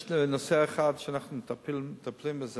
יש נושא אחד שאנחנו מטפלים בו.